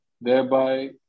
thereby